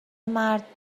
مرد